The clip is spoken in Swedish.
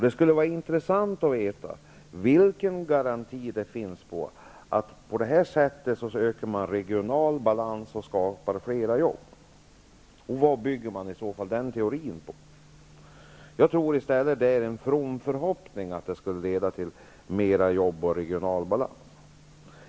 Det skulle vara intressant att få veta vilken garanti det finns för att man på den vägen ökar regional balans och skapar fler jobb. Vad bygger man den teorin på? Jag tror att det är en from förhoppning att det skulle leda till mera jobb och ökad regional balans.